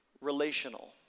relational